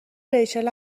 ریچل